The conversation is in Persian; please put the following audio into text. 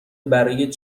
برای